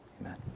Amen